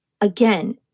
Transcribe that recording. again